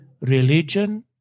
religion